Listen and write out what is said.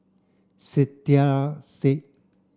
Saiedah Said